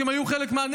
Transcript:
כי הם היו חלק מהנגב.